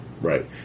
Right